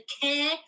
care